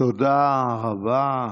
תודה רבה.